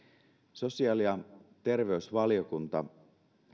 sosiaali ja terveysvaliokunta